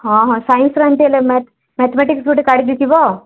ହଁ ହଁ ସାଇନ୍ସର ଏମିତି ହେଲେ ମ୍ୟାଥ୍ ମ୍ୟାଥମେଟିକ୍ସ୍ ଗୁଟେ କାଢ଼ି ଦେଇଥିବ